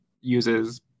uses